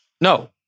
No